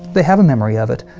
they have a memory of it.